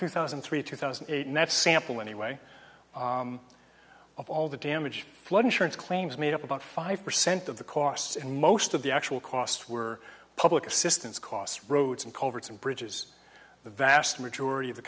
two thousand and three two thousand and eight and that sample anyway of all the damage flood insurance claims made up about five percent of the costs and most of the actual costs were public assistance costs roads and culverts and bridges the vast majority of the